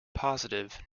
positive